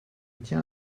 tiens